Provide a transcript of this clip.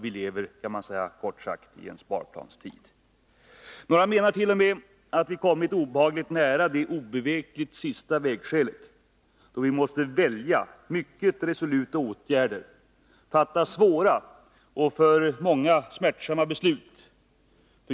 Vi lever, kort sagt, i sparplanstider. Några menart.o.m. att vi har kommit obehagligt nära det obevekligt sista vägskälet, där vi måste välja mycket resoluta åtgärder, fatta svåra och för många smärtsamma beslut.